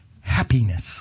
happiness